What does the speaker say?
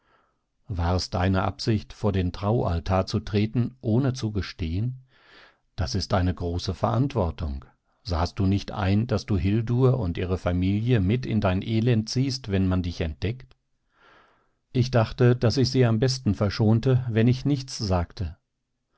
war es deine absicht vor den traualtar zu treten ohne zu gestehen das ist eine große verantwortung sahst du nicht ein daß du hildur und ihre familie mit in dein elend ziehst wenn man dich entdeckt ich dachte daß ich sie am besten verschonte wenn ich nichts sagte